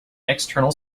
external